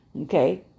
okay